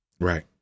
Right